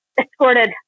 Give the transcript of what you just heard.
escorted